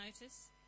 notice